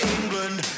England